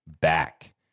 back